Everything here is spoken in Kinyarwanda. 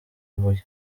ibuye